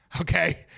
okay